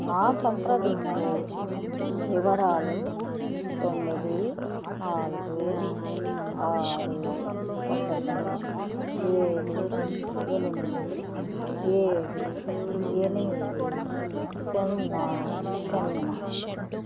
నా సంప్రదింపు వివరాలు తొమ్మిది నాలుగు ఆరు ఒకటి ఏడు ఎనిమిది ఏడు ఎనిమిది సున్నా సున్నా